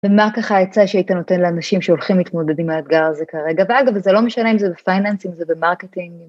ומה ככה העצה שהיית נותנת לאנשים שהולכים להתמודד עם האתגר הזה כרגע. ואגב, זה לא משנה אם זה בפייננס, אם זה במרקטינג,